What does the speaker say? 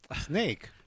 Snake